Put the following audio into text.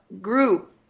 group